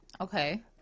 Okay